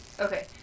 Okay